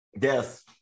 Yes